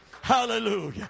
Hallelujah